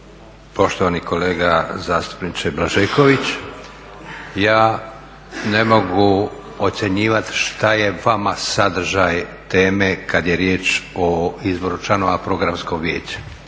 Poštovani kolega zastupniče Blažeković, ja ne mogu ocjenjivat što je vama sadržaj teme kad je riječ o izboru članova Programskog vijeća.